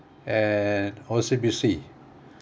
and O_C_B_C